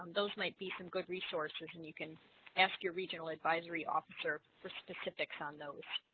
those might be some good resources and you can ask your regional advisory officer for specifics on those